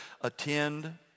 attend